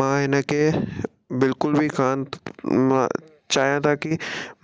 मां हिन खे बिल्कुल बि कोन मां चाहियां था की